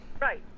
Right